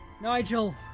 Nigel